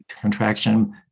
contraction